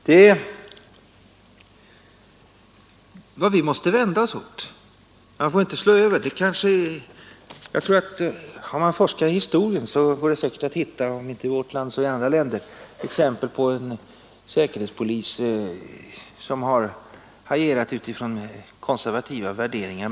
Det är sådana grupper vi måste vända oss över. Om man forskar i historien går det säkert att finna, om inte så mycket i vårt land så i andra länder, exempel på en säkerhetspolis som har agerat utifrån konservativa och demokratiska värderingar.